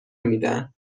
میدن